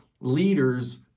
leaders